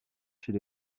chez